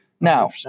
Now